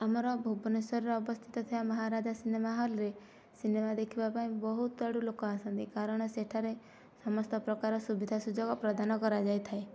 ଆମର ଭୁବନେଶ୍ଵରରେ ଅବସ୍ଥିତ ଥିବା ମହାରାଜା ସିନେମା ହଲରେ ସିନେମା ଦେଖିବାପାଇଁ ବହୁତ ଆଡ଼ୁ ଲୋକ ଆସନ୍ତି କାରଣ ସେଠାରେ ସମସ୍ତ ପ୍ରକାର ସୁବିଧା ସୁଯୋଗ ପ୍ରଦାନ କରାଯାଇଥାଏ